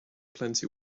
plenty